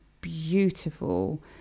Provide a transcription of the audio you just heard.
beautiful